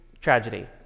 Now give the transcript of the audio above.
tragedy